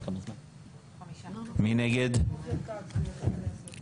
אני לא שמעתי שהוא